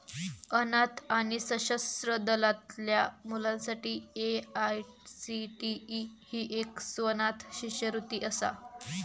अनाथ आणि सशस्त्र दलातल्या मुलांसाठी ए.आय.सी.टी.ई ही एक स्वनाथ शिष्यवृत्ती असा